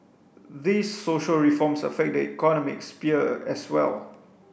these social reforms affect the economic sphere as well